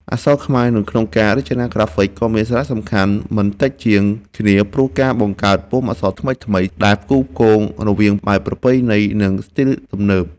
អក្សរខ្មែរនៅក្នុងការរចនាក្រាហ្វិកក៏មានសារៈសំខាន់មិនតិចជាងគ្នា ព្រោះការបង្កើតពុម្ពអក្សរថ្មីៗ ដែលផ្គូផ្គងរវាងបែបប្រពៃណី និងស្ទីលទំនើប